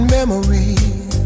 memories